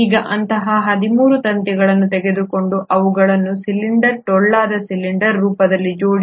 ಈಗ ಅಂತಹ 13 ತಂತಿಗಳನ್ನು ತೆಗೆದುಕೊಂಡು ಅವುಗಳನ್ನು ಸಿಲಿಂಡರ್ ಟೊಳ್ಳಾದ ಸಿಲಿಂಡರ್ ರೂಪದಲ್ಲಿ ಜೋಡಿಸಿ